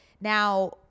Now